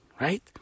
right